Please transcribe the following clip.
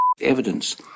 evidence